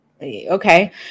Okay